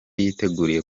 yiteguriye